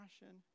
passion